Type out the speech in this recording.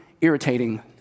irritating